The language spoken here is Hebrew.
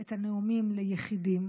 את הנאומים ליחידים?